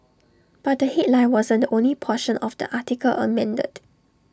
but the headline wasn't the only portion of the article amended